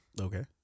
Okay